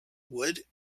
wood